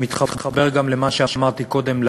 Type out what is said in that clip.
זה מתחבר גם למה שאמרתי קודם,